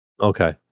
Okay